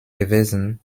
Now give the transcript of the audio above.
gewesen